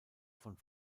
von